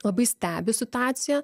labai stebi situaciją